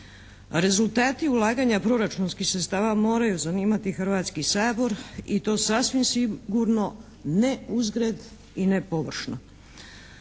Rezultati ulaganja proračunskih sredstava moraju zanimati Hrvatski sabor i to sasvim sigurno ne uzgred i ne površno,